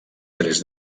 tres